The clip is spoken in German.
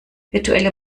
virtuelle